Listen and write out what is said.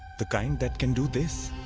the kind that can do this!